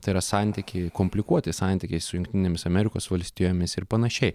tai yra santykiai komplikuoti santykiai su jungtinėmis amerikos valstijomis ir panašiai